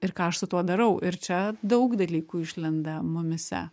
ir ką aš su tuo darau ir čia daug dalykų išlenda mumyse